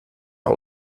dir